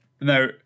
now